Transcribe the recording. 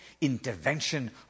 intervention